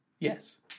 Yes